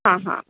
हां हां